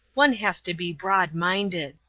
one has to be broadminded.